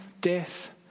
death